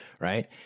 right